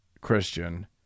Christian